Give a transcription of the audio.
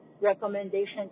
recommendation